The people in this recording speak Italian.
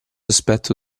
aspetto